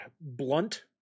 blunt